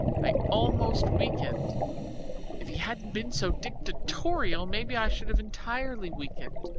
i almost weakened if he hadn't been so dictatorial, maybe i should have entirely weakened.